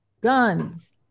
guns